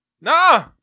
No